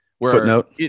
Footnote